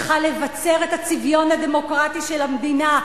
צריכה לבצר את הצביון הדמוקרטי של המדינה.